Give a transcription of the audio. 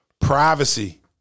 Privacy